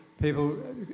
people